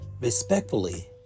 respectfully